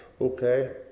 Okay